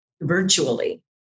virtually